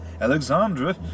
Alexandra